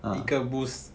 一个 boost